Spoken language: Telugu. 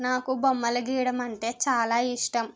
నాకు బొమ్మలు గీయడం అంటే చాలా ఇష్టం